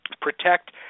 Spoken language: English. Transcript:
protect